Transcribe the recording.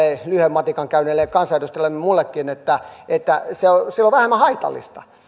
matikan käyneelle kansanedustajalle minullekin että että se se on vähemmän haitallista jos